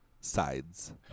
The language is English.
sides